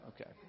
Okay